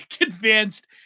advanced